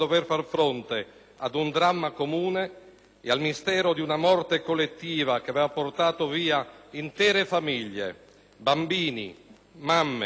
e al mistero di una morte collettiva, che aveva portato via intere famiglie, bambini, mamme, papà, anziani.